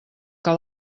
que